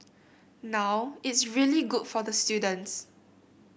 now it's really good for the students